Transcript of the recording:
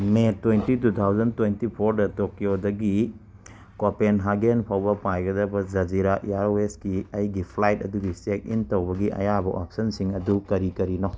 ꯃꯦ twenty two thousand twenty ꯐꯣꯔꯗ ꯇꯣꯀꯤꯌꯣꯗꯒꯤ Copenhagen ꯐꯥꯎꯕ ꯄꯥꯏꯒꯗꯕ ꯖꯖꯤꯔꯥ ꯏꯌꯥꯔꯋꯦꯁꯀꯤ ꯑꯩꯒꯤ ꯐ꯭ꯂꯥꯏꯠ ꯑꯗꯨꯒꯤ ꯆꯦꯛ ꯏꯟ ꯇꯧꯕꯒꯤ ꯑꯌꯥꯕ ꯑꯣꯞꯁꯟꯁꯤꯡ ꯑꯗꯨ ꯀꯔꯤ ꯀꯔꯤꯅꯣ